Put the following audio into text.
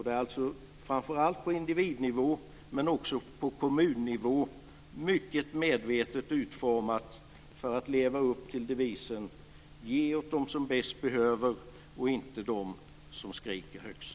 Det är alltså mycket medvetet utformat framför allt på individnivå, men också på kommunnivå, för att leva upp till devisen: Ge åt dem som bäst behöver och inte åt dem som skriker högst!